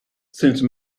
since